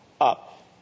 up